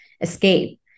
escape